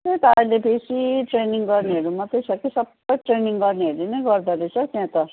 त्यही त अहिले बेसी ट्रेनिङ गर्नेहरू मात्रै छ कि सबै ट्रेनिङ गर्नेहरूले नै गर्दो रहेछ हौ त्यहाँ त